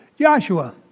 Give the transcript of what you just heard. Joshua